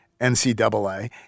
NCAA